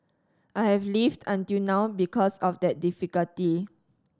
I've lived until now because of that difficulty